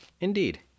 Indeed